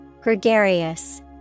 Gregarious